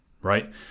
Right